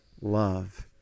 love